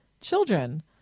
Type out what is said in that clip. children